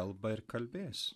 kalba ir kalbės